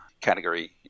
category